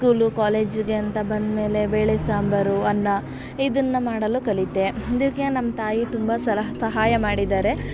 school ಕಾಲೇಜಿಗೆ ಅಂತ ಬಂದ್ಮೇಲೆ ಬೇಳೆ ಸಾಂಬಾರು ಅನ್ನ ಇದನ್ನು ಮಾಡಲು ಕಲಿತೆ ಇದಕ್ಕೆ ನಮ್ಮ ತಾಯಿ ತುಂಬ ಸಲ ಸಹಾಯ ಮಾಡಿದ್ದಾರೆ